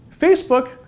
Facebook